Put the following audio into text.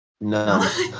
No